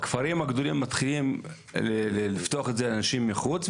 ומתחילים לפתוח את זה לאנשים מחוץ,